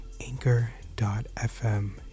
Anchor.fm